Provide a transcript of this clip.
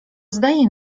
zdaje